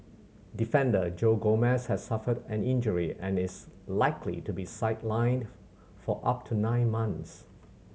defender Joe Gomez has suffered an injury and is likely to be sidelined for up to nine month